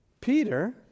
Peter